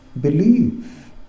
Believe